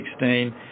2016